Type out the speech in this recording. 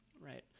right